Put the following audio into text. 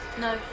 No